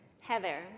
Heather